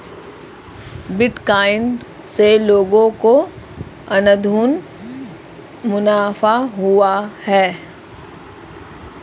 bitcoin से लोगों को अंधाधुन मुनाफा हुआ है